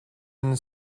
and